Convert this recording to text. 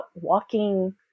walking